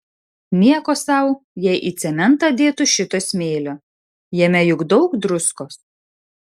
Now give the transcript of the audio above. nieko sau jei į cementą dėtų šito smėlio jame juk daug druskos